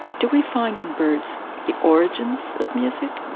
do we find in birds the origins of music?